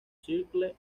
circle